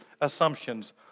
assumptions